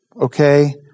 okay